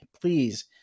Please